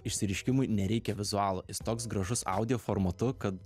išsireiškimui nereikia vizualų jis toks gražus audio formatu kad